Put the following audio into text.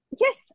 yes